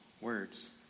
words